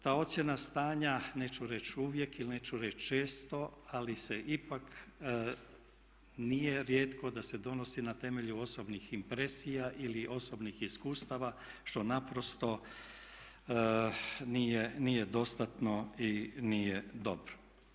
Ta ocjena stanja, neću reći uvijek, ili neću reći često ali se ipak nije rijetko da se donosi na temelju osobnih impresija ili osobnih iskustava što naprosto nije dostatno i nije dobro.